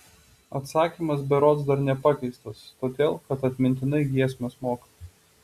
atsakymas berods dar nepakeistas todėl kad atmintinai giesmes moka